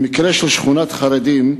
במקרה של שכונה חרדית,